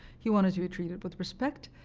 he wanted to be treated with respect.